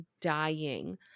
dying